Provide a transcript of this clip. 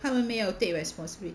他们没有 take responsibl~